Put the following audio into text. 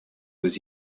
was